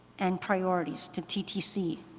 and priorities to ttc.